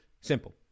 Simple